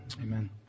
amen